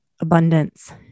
Abundance